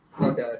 Okay